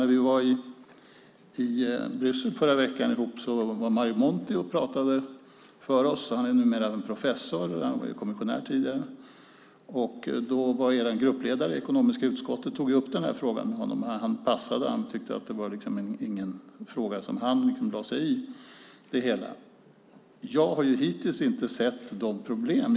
När vi var i Bryssel tillsammans i förra veckan var Mario Monti där och talade för oss. Han är numera professor och var tidigare kommissionär. Er gruppledare i ekonomiska utskottet tog upp den här frågan med honom, men han passade då han inte tyckte att det var någon fråga som han skulle lägga sig i. Jag har hittills inte sett de här problemen.